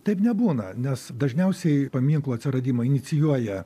taip nebūna nes dažniausiai paminklo atsiradimą inicijuoja